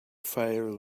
fire